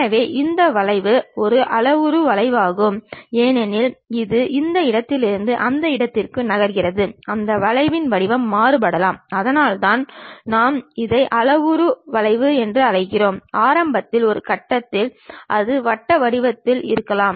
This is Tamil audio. எனவே இந்த வளைவு இது ஒரு அளவுரு வளைவாகும் ஏனெனில் இது இந்த இடத்திலிருந்து அந்த இடத்திற்கு நகர்கிறது அந்த வளைவின் வடிவம் மாறுபடலாம் அதனால்தான் நாம் இதை அளவுரு வளைவு என்று அழைக்கிறோம் ஆரம்பத்தில் ஒரு கட்டத்தில் அது வட்ட வடிவத்தில் இருக்கலாம்